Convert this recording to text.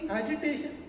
agitation